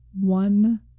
one